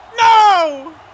No